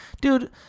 Dude